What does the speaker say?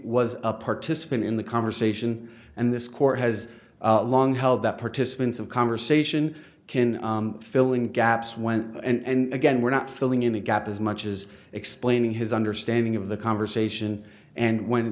was a participant in the conversation and this court has long held that participants of conversation can fill in gaps when and again we're not filling in the gap as much as explaining his understanding of the conversation and when